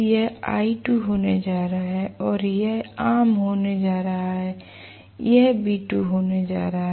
यह l2 होने जा रहा है और यह आम होने जा रहा है और यह V2 होने जा रहा है